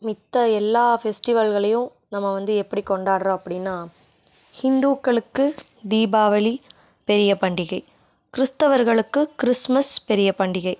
மத்த எல்லா ஃபெஸ்டிவல்களையும் நம்ம வந்து எப்படி கொண்டாடுறோம் அப்படின்னா ஹிந்துக்களுக்கு தீபாவளி பெரிய பண்டிகை கிறிஸ்தவர்களுக்கு கிறிஸ்மஸ் பெரிய பண்டிகை